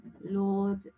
lord